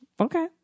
Okay